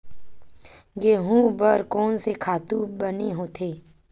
गेहूं बर कोन से खातु बने होथे?